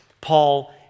Paul